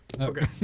Okay